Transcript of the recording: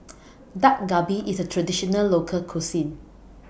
Dak Galbi IS A Traditional Local Cuisine